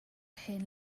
hen